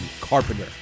Carpenter